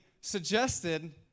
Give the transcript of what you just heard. suggested